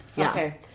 Okay